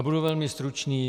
Budu velmi stručný.